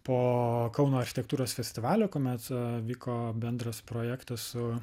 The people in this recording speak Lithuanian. po kauno architektūros festivalio kuomet vyko bendras projektas su